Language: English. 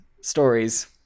stories